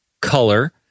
color